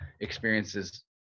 experiences